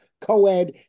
co-ed